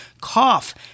cough